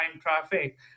traffic